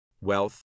wealth